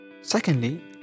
Secondly